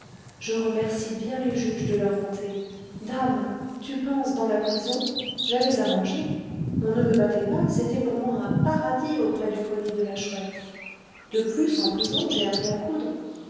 je remercie bien les juges de leur bonté dame tu penses dans la prison j'avais à manger on ne me battait pas c'était pour moi un paradis auprès du grenier de la chouette de plus en prison j'ai appris à coudre